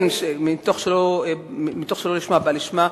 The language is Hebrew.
מתוך שלא לשמה בא לשמה,